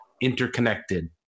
interconnected